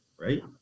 right